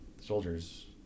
soldiers